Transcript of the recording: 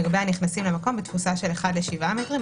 לגבי הנכנסים למקום בתפוסה של בן אדם אחד ל-7 מטרים.